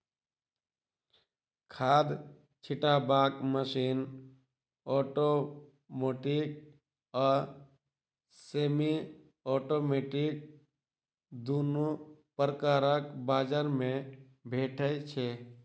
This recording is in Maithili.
खाद छिटबाक मशीन औटोमेटिक आ सेमी औटोमेटिक दुनू प्रकारक बजार मे भेटै छै